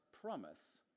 promise